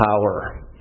power